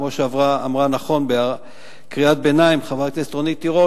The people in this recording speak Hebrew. כמו שאמרה נכון בקריאת ביניים חברת הכנסת רונית תירוש.